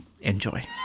Enjoy